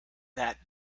that